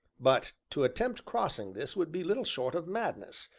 but to attempt crossing this would be little short of madness,